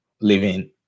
living